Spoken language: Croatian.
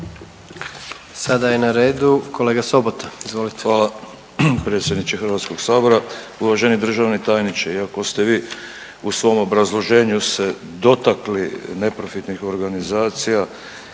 Sada je na redu kolega Sobota, izvolite. **Sobota, Darko (HDZ)** Hvala predsjedniče HS. Uvaženi državni tajniče, iako ste vi u svom obrazloženju se dotakli neprofitnih organizacija